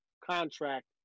contract